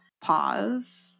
Pause